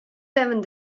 vevan